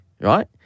right